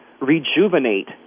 rejuvenate